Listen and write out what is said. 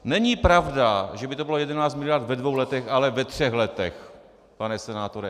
Není pravda, že by to bylo 11 miliard ve dvou letech, ale ve třech letech, pane senátore.